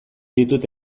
ditut